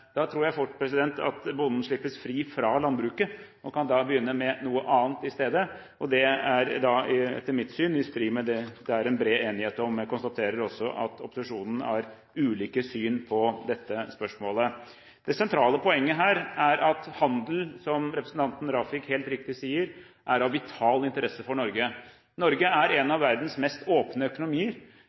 Da tror jeg fort at bonden slippes fri fra landbruket og kan begynne med noe annet i stedet, og det ville etter mitt syn være i strid med det som det er bred enighet om. Jeg konstaterer også at opposisjonen har ulike syn på dette spørsmålet. Det sentrale poenget her er at handel – som representanten Rafiq helt riktig sier – er av vital interesse for Norge. Norge er en av verdens mest åpne økonomier,